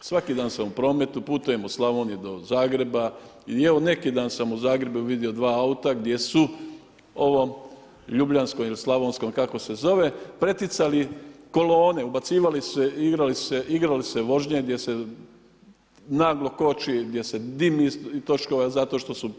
Svaki dan sam u prometu, putujem u Slavoniju do Zagreba i evo neki dan sam u Zagrebu vidio dva auta gdje su ovom ljubljanskom ili Slavonskom kako se zove preticali kolone, ubacivali se, igrali se vožnje gdje se naglo koči, gdje se dimi iz točkova zato što su,